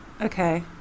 Okay